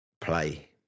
play